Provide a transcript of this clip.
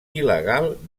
il·legal